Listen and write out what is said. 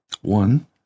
One